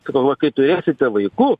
tai galvoju kai turėsite vaikų